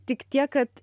tik tiek kad